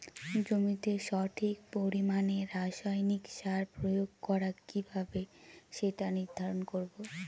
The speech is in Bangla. জমিতে সঠিক পরিমাণে রাসায়নিক সার প্রয়োগ করা কিভাবে সেটা নির্ধারণ করব?